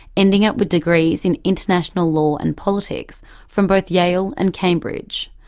ending up with degrees in international law and politics from both yale and cambridge.